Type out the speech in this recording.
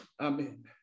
Amen